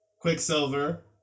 Quicksilver